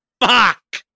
Fuck